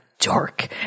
Dark